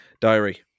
diary